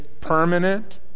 permanent